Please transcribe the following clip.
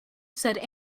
said